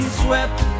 swept